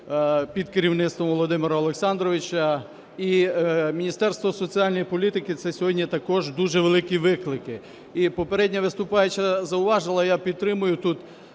під керівництвом Володимира Олександровича. І Міністерство соціальної політики - це сьогодні також дуже великі виклики. І попередня виступаюча зауважила, я підтримую тут,